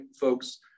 folks